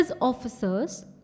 officers